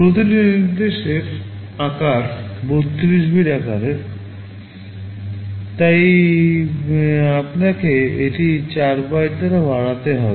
প্রতিটি নির্দেশের আকার 32 বিট আকারের হয় তাই আপনাকে এটি 4 বাইট দ্বারা বাড়াতে হবে